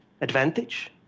advantage